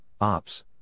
Ops